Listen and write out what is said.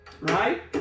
right